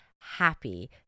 happy